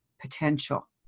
potential